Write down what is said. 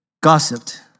gossiped